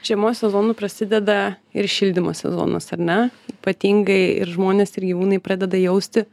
žiemos sezonu prasideda ir šildymo sezonas ar ne ypatingai ir žmonės ir gyvūnai pradeda jausti